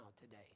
today